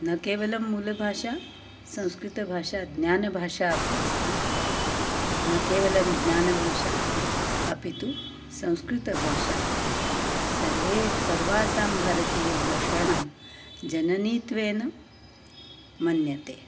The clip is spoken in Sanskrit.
न केवलं मूलभाषा संस्कृतभाषा ज्ञानभाषा अपि अस्ति न केवलं ज्ञानभाषा अपि तु संस्कृतभाषा सर्वासां सर्वासां भारतीयभाषाणां जननीत्वेन मन्यते